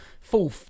full